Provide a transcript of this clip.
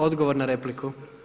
Odgovor na repliku.